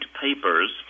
Papers